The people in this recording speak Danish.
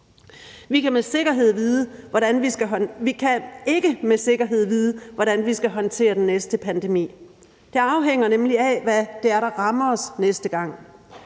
Vi kan ikke med sikkerhed vide, hvordan vi skal håndtere den næste pandemi. Det afhænger nemlig af, hvad det er, der rammer os næste gang.